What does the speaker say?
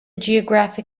geographic